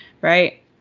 Right